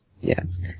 Yes